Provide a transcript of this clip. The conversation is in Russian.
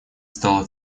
стала